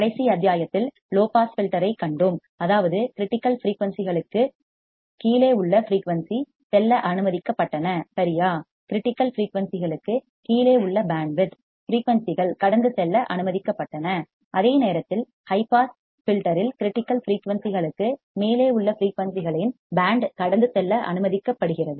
கடைசி அத்தியாயத்தில் low pass filter ஐக் கண்டோம் அதாவது கிரிட்டிக்கல் ஃபிரீயூன்சிகளுக்குக் கீழே உள்ள ஃபிரீயூன்சி செல்ல அனுமதிக்கப்பட்டன சரியா கிரிட்டிக்கல் ஃபிரீயூன்சிகளுக்கு கீழே உள்ள பேண்ட் வித் ஃபிரீயூன்சிகள் கடந்து செல்ல அனுமதிக்கப்பட்டன அதே நேரத்தில் ஹை பாஸ் ஃபில்டர் இல் கிரிட்டிக்கல் ஃபிரீயூன்சிகளுக்கு மேலே உள்ள ஃபிரீயூன்சிகளின் பேண்ட் கடந்து செல்ல அனுமதிக்கப்படுகிறது